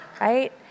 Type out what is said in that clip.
Right